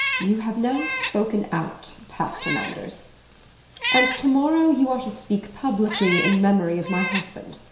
you have now spoken out, pastor manders and to-morrow you are to speak publicly in memory of my husband.